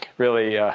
really